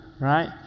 right